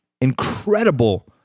incredible